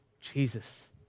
Jesus